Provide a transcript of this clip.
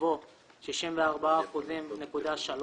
יבוא "64.3%"